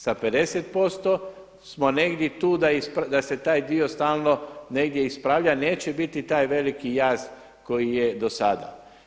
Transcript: Sa 50% smo negdje tu da se taj dio stalno negdje ispravlja i neće biti taj veliki jaz koji je do sada.